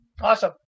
Awesome